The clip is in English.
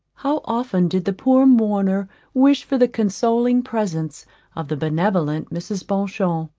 how often did the poor mourner wish for the consoling presence of the benevolent mrs. beauchamp.